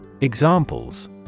Examples